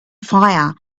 fire